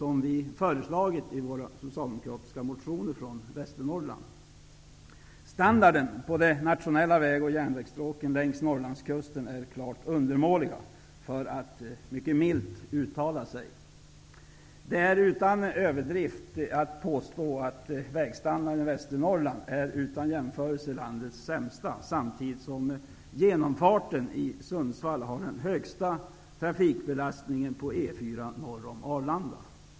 Vi socialdemokratiska ledamöter från Västernorrland har föreslagit sådana åtgärder i våra motioner. Standarden på de nationella väg och järnvägsstråken längs Norrlandskusten är klart undermålig, för att uttrycka sig milt. Man kan utan överdrift påstå att vägstandarden i Västernorrland är landets utan jämförelse sämsta, samtidigt som genomfarten i Sundsvall har den högsta trafikbelastningen på E 4 norr om Arlanda.